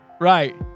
Right